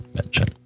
mention